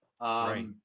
Right